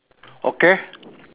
okay